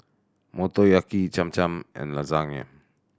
Motoyaki Cham Cham and Lasagne